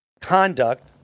conduct